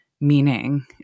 meaning